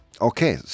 okay